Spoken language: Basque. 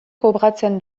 kobratzen